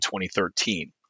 2013